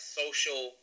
social